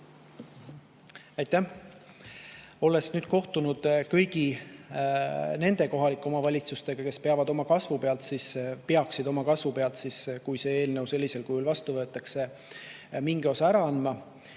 Aitäh! Olen nüüd kohtunud kõigi nende kohalike omavalitsustega, kes peaksid oma kasvu pealt, kui see eelnõu sellisel kujul vastu võetakse, mingi osa ära andma.